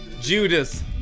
Judas